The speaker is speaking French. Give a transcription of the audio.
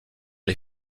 les